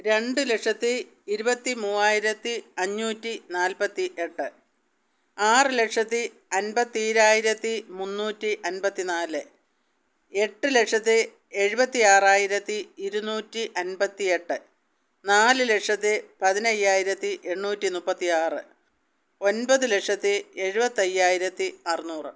രണ്ട് ലക്ഷത്തി ഇരുപത്തി മൂവായിരത്തി അഞ്ഞൂറ്റി നാൽപ്പത്തി എട്ട് ആറ് ലക്ഷത്തി അൻമ്പത്തീരായിരത്തി മുന്നൂറ്റി അൻപത്തി നാല് എട്ട് ലക്ഷത്തി എഴുപത്തിയാറായിരത്തി ഇരുന്നൂറ്റി അൻപത്തിയെട്ട് നാല് ലക്ഷത്തി പതിനയ്യായിരത്തി എണ്ണൂറ്റി മുപ്പത്തിയാറ് ഒൻപത് ലക്ഷത്തി എഴുപത്തി അയ്യായിരത്തി അറുന്നൂറ്